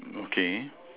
okay